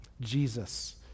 Jesus